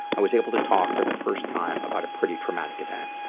i was able to talk for the first time about a pretty traumatic event.